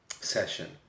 session